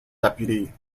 deputy